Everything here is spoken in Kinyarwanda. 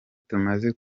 tumaze